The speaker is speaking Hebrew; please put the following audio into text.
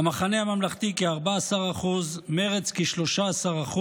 המחנה הממלכתי, כ-14%, מרצ, כ-13%.